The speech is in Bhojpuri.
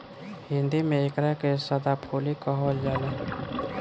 हिंदी में एकरा के सदाफुली कहल जाला